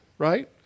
right